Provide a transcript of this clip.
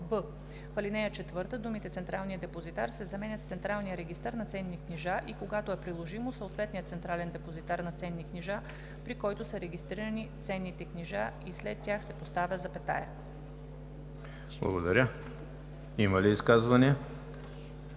в ал. 4 думите „Централният депозитар“ се заменят с „Централният регистър на ценни книжа и когато е приложимо – съответният централен депозитар на ценни книжа, при който са регистрирани ценните книжа“ и след тях се поставя запетая.“ ПРЕДСЕДАТЕЛ